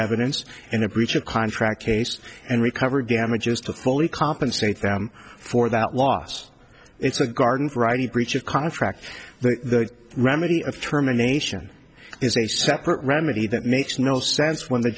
evidence in a breach of contract case and recover damages to fully compensate for that loss it's a garden variety breach of contract the remedy of terminations is a separate remedy that makes no sense when the